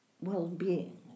well-being